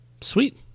sweet